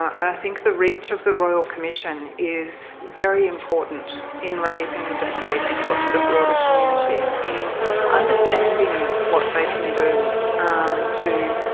i think the reach of the royal commission is very important in raising the place of the broader community in understanding what they can do to,